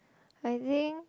I think